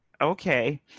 Okay